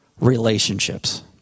relationships